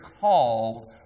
called